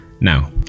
now